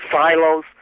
silos